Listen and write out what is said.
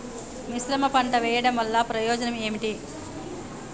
మిశ్రమ పంట వెయ్యడం వల్ల ప్రయోజనం ఏమిటి?